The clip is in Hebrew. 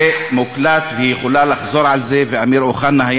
תודה רבה לחבר הכנסת אורי מקלב.